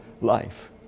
life